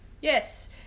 Yes